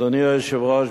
אדוני היושב-ראש,